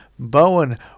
Bowen